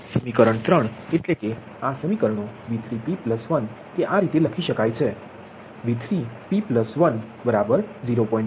તેથી સમીકરણ iii એટલે કે આ સમીકરણો V3p1 તે આ રીતે લખી શકાય છે